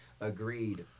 agreed